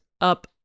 up